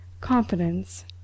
Confidence